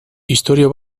istorio